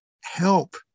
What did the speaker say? help